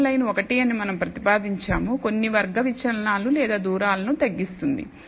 ఉత్తమ లైన్ 1 అని మనం ప్రతిపాదించాము కొన్ని వర్గ విచలనాలు లేదా దూరాలను తగ్గిస్తుంది